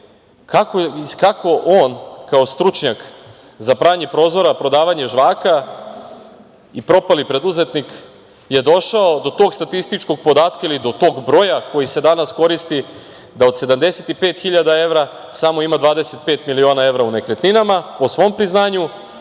kako on kao stručnjak za pranje prozora, prodavanje žvaka i propali preduzetnik je došao do tog statističkog podatka ili do tog broja koji se danas koristi da od 75.000 evra samo ima 25 miliona evra u nekretninama, po svom priznanju,